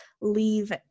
leave